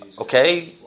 Okay